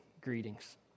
greetings